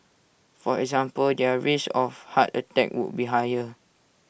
for example their risk of heart attacks would be higher